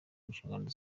nshingano